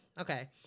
okay